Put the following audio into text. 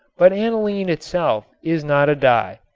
but aniline itself is not a dye.